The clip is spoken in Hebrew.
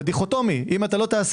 זה דיכוטומי אם אתה לא תעשייה,